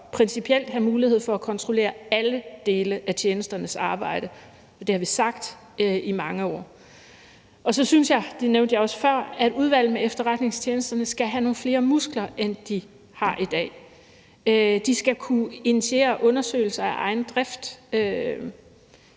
principielt bør have mulighed for at kontrollere alle dele af tjenesternes arbejde, og det har vi sagt i mange år. Så synes jeg, og det nævnte jeg også før, at Udvalget vedrørende Efterretningstjenesterne skal have nogle flere muskler, end de har i dag. De skal kunne initiere undersøgelser af egen drift.